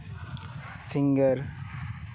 singer